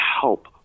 help